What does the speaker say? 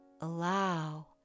Allow